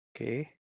okay